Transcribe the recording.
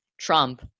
Trump